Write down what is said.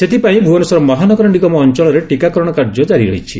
ସେଥିପାଇଁ ଭୁବନେଶ୍ୱର ମହାନଗର ନିଗମ ଅଞ୍ଞଳରେ ଟିକାକରଣ କାର୍ଯ୍ୟ ଜାରି ରହିଛି